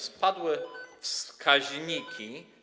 Spadły wskaźniki.